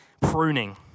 pruning